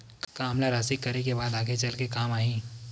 का हमला राशि करे के बाद आगे चल के काम आही?